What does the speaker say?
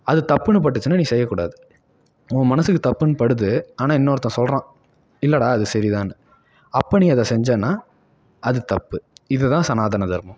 அது தப்புன்னு பட்டுச்சுனால் நீ செய்யக்கூடாது உன் மனதுக்கு தப்புன்னு படுது ஆனால் இன்னொருத்தன் சொல்கிறான் இல்லைடா அது சரிதான்னு அப்போ நீ அதை செஞ்சன்னால் அது தப்பு இதுதான் சனாதன தர்மம்